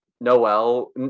noel